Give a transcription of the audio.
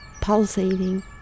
pulsating